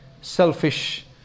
selfish